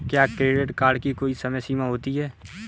क्या credit card की कोई समय सीमा होती है?